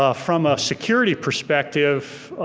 ah from a security perspective,